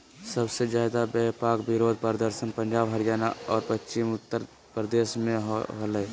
सबसे ज्यादे व्यापक विरोध प्रदर्शन पंजाब, हरियाणा और पश्चिमी उत्तर प्रदेश में होलय